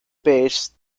base